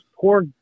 poor